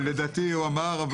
לדעתי הוא אמר.